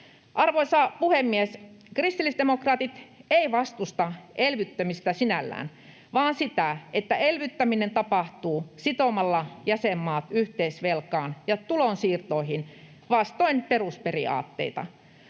Arvoisa puhemies! Kristillisdemokraatit ei vastusta elvyttämistä sinällään vaan sitä, että elvyttäminen tapahtuu sitomalla jäsenmaat yhteisvelkaan ja tulonsiirtoihin vastoin perusperiaatteita.